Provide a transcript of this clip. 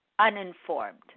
uninformed